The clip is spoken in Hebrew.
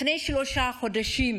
שלפני שלושה חודשים,